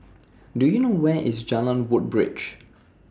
Do YOU know Where IS Jalan Woodbridge